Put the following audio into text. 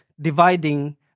dividing